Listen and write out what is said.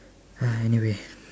anyway